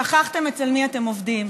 שכחתם אצל מי אתם עובדים,